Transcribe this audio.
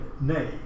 nay